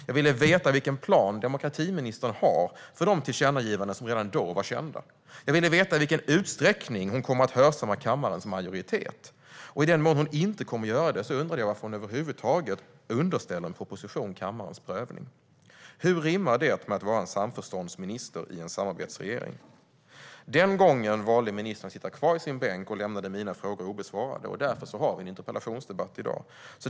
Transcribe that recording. Jag ville veta vilken plan demokratiministern har för de tillkännagivanden som redan då var kända. Jag ville veta i vilken utsträckning hon kommer att hörsamma kammarens majoritet. Och i den mån hon inte kommer att göra det undrar jag varför hon över huvud taget underställer en proposition kammarens prövning. Hur rimmar det med att vara en samförståndsminister i en samarbetsregering? Den gången valde ministern att sitta kvar i sin bänk och lämnade mina frågor obesvarade, och därför har vi en interpellationsdebatt i dag.